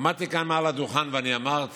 עמדתי כאן מעל הדוכן ואמרתי,